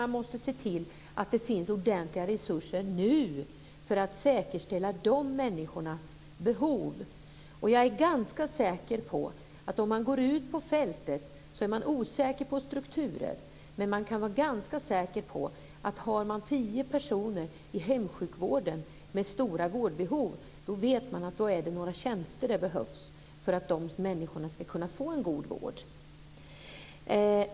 Vi måste se till att det finns ordentliga resurser nu för att säkerställa tillgodoseendet av de här människornas behov. Jag är ganska säker på att man ute på fältet inte är klar över strukturerna, men om man har tio personer i hemsjukvården med stora vårdbehov, vet man att det är några tjänster som behövs för att dessa människor ska kunna få en god vård.